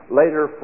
later